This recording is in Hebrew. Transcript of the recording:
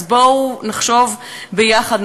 אז בואו נחשוב יחד,